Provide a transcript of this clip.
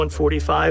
145